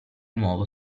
nuovo